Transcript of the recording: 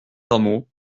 rameaux